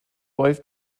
wife